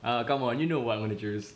ah come on you know what I'm gonna choose